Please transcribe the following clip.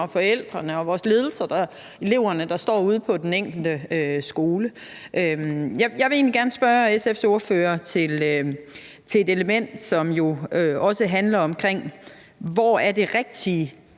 forældrene, vores ledere og elever, der står ude på den enkelte skole. Jeg vil egentlig gerne spørge SF's ordfører til et element, som handler om, hvor det er det rigtige